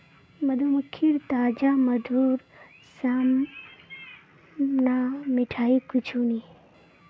मधुमक्खीर ताजा मधुर साम न मिठाई कुछू नी